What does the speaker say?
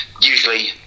usually